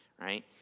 right